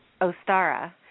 Ostara